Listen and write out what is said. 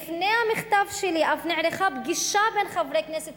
לפני המכתב שלי אף נערכה פגישה בין חברי כנסת,